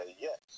yes